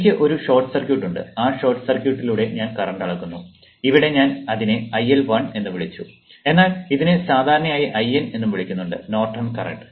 എനിക്ക് ഒരു short circuit ഉണ്ട് ആ ഷോർട്ട് സർക്യൂട്ടിലൂടെ ഞാൻ കറന്റ് അളക്കുന്നു ഇവിടെ ഞാൻ അതിനെ IL1 എന്ന് വിളിച്ചു എന്നാൽ ഇതിനെ സാധാരണയായി IN എന്നും വിളിക്കുന്നുണ്ട് നോർട്ടൺ കറന്റ്